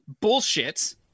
bullshit